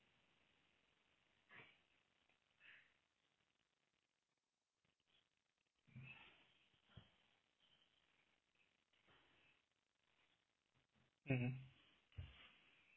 mmhmm